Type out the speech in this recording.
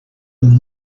are